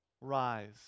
rise